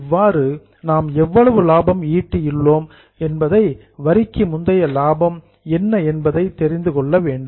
இவ்வாறு நாம் எவ்வளவு லாபம் ஈட்டி உள்ளோம் வரிக்கு முந்தைய லாபம் என்ன என்பதை தெரிந்து கொள்ள வேண்டும்